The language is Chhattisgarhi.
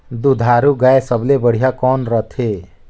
दुधारू गाय सबले बढ़िया कौन रथे?